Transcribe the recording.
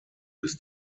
bis